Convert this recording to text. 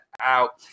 out